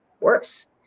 worse